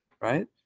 right